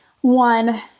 one